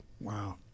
Wow